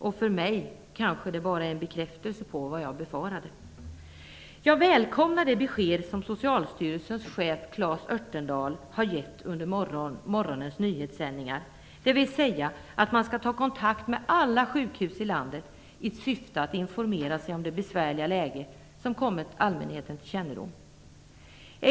För mig är det kanske bara en bekräftelse på vad jag befarade. Jag välkomnar det besked som Socialstyrelsens chef Claes Örtendahl har gett i morgonens nyhetssändningar, dvs. att man skall ta kontakt med alla sjukhus i landet i syfte att informera sig om det besvärliga läge som kommit till allmänhetens kännedom.